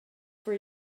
for